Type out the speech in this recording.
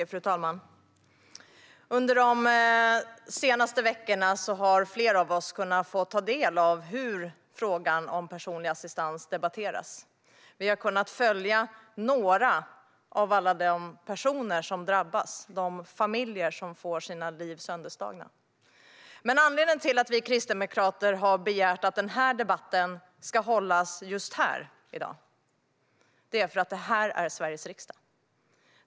Fru talman! Under de senaste veckorna har flera av oss kunnat ta del av hur frågan om personlig assistans debatteras. Vi har kunnat följa några av alla de personer som drabbas - de familjer som får sina liv sönderslagna. Men anledningen till att vi kristdemokrater har begärt att denna debatt ska hållas just här i dag är att detta är Sveriges riksdag.